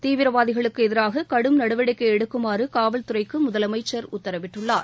தீவிரவாதிகளுக்கு எதிராக கடும் நடவடிக்கை எடுக்குமாறு காவல்துறைக்கு முதலமைச்சர் உத்தரவிட்டுள்ளார்